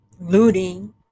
Looting